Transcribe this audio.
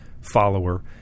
follower